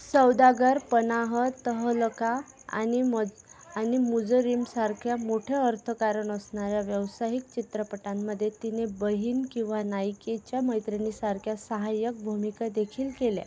सौदागर पनाह तहलका आणि म आनि मुजरिमसारख्या मोठे अर्थकारण असणाऱ्या व्यावसायिक चित्रपटांमध्ये तिने बहीण किंवा नायिकेच्या मैत्रिणीसारख्या सहाय्यक भूमिकादेखील केल्या